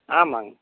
ஆமாம்ங்க